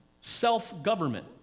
self-government